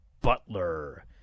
butler